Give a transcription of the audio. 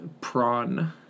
Prawn